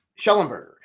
Schellenberger